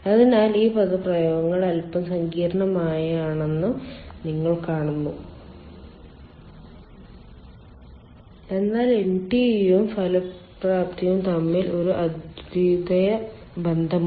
അതിനാൽ ഈ പദപ്രയോഗങ്ങൾ അൽപ്പം സങ്കീർണ്ണമാണെന്ന് നിങ്ങൾ കാണുന്നു എന്നാൽ NTU യും ഫലപ്രാപ്തിയും തമ്മിൽ ഒരു അദ്വിതീയ ബന്ധമുണ്ട്